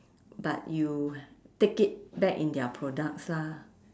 but you take it back in their products lah